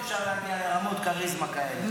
אפשר להגיע לרמות כריזמה כאלה.